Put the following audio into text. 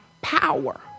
power